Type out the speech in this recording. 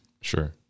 Sure